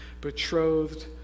betrothed